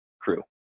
crew